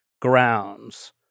grounds